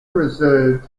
reserved